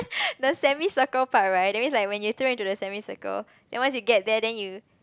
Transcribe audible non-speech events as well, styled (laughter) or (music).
(laughs) the semi circle part right that means like when you throw into the semi circle then once you get there then you